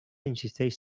insisteix